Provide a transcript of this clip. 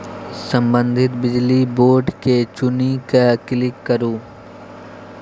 संबंधित बिजली बोर्ड केँ चुनि कए क्लिक करु